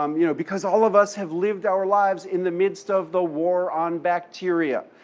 um you know, because all of us have lived our lives in the midst of the war on bacteria,